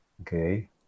okay